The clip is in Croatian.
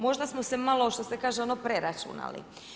Možda smo se malo što se kaže ono preračunali.